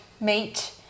meat